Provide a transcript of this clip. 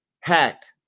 hacked